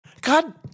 God